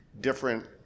different